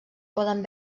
poden